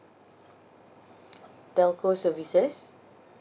telco services